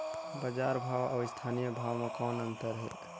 बजार भाव अउ स्थानीय भाव म कौन अन्तर हे?